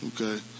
Okay